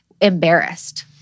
embarrassed